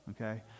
Okay